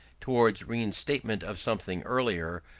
towards reinstatement of something earlier,